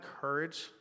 courage